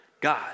God